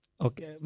Okay